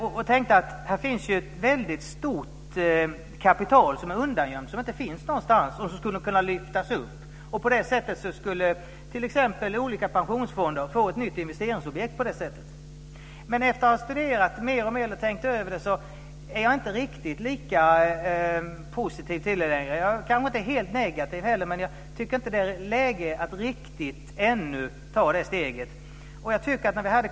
Jag tyckte att det här fanns ett väldigt stort kapital som är undangömt som skulle kunna lyftas fram. På det sättet skulle olika pensionsfonder få ett nytt investeringsobjekt. Men efter att ha tänkt över saken är jag inte riktigt lika positiv längre. Jag är inte heller helt negativ, men jag tycker inte att det är läge för att ta det steget riktigt ännu.